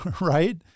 right